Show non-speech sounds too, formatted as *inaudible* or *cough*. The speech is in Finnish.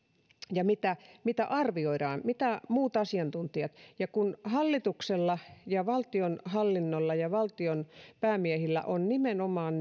ja mitä mitä arvioidaan mitä sanovat muut asiantuntijat kun hallituksella ja valtionhallinnolla ja valtion päämiehillä on nimenomaan *unintelligible*